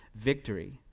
victory